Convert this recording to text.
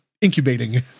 incubating